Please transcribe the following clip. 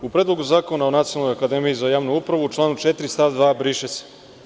U Predlogu zakona nacionalne akademije za javnu upravu, u članu 4. stav 2. – briše se.